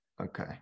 Okay